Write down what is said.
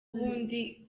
ubundi